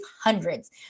hundreds